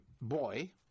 boy